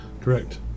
Correct